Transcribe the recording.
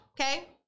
okay